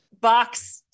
box